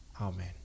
Amen